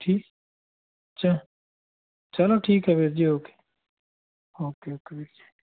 ਠੀਕ ਚਲੋ ਚਲੋ ਠੀਕ ਹੈ ਵੀਰ ਜੀ ਓਕੇ ਓਕੇ ਓਕੇ ਵੀਰ ਜੀ